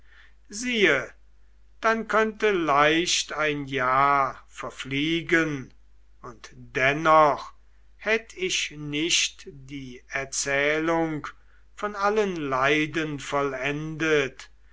siehe dann könnte leicht ein jahr verfliegen und dennoch hätt ich nicht die erzählung von allen leiden vollendet